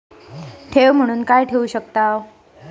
ठेव म्हणून काय ठेवू शकताव?